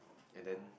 and then